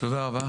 תודה רבה.